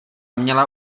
měla